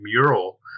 mural